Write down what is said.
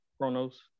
chronos